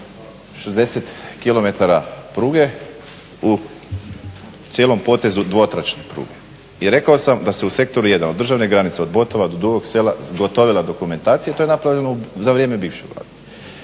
pruge u cijelom potezu dvotračne pruge. I rekao sam da se u sektoru jedan od državne granice od Botova do Dugog Sela zgotovila dokumentacija. To je napravljeno za vrijeme bivše Vlade.